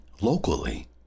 locally